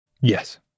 Yes